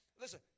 listen